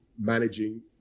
managing